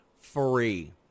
Free